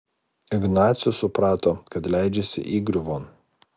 ignacius suprato kad leidžiasi įgriuvon